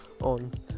on